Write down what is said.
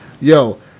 yo